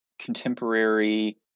contemporary